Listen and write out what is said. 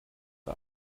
bei